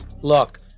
Look